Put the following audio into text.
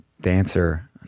dancer